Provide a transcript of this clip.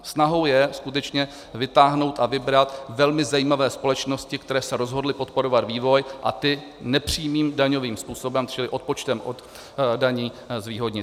Snahou je skutečně vytáhnout a vybrat velmi zajímavé společnosti, které se rozhodly podporovat vývoj, a ty nepřímým daňovým způsobem, čili odpočtem od daní, zvýhodnit.